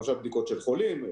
למשל בדיקות של חולים,